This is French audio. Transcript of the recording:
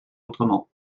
autrement